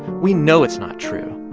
we know it's not true.